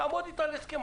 תעמוד איתה להסכם.